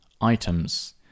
items